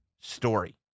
story